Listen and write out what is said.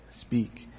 speak